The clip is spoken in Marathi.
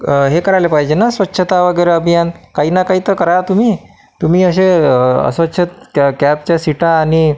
हे करायला पाहिजे ना स्वच्छता वगैरे अभियान काही ना काही तर करा तुम्ही तुम्ही असे अस्वच्छ कॅबच्या सीटा आणि